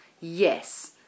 Yes